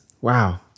Wow